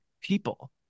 people